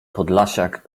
podlasiak